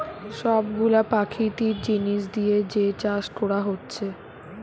সব গুলা প্রাকৃতিক জিনিস দিয়ে যে চাষ কোরা হচ্ছে